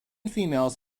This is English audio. females